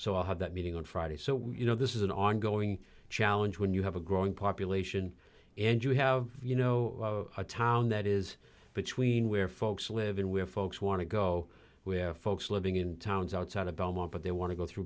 had that meeting on friday so you know this is an ongoing challenge when you have a growing population and you have you know a town that is between where folks live in where folks want to go where folks living in towns outside of belmont but they want to go through